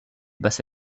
basse